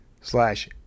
Slash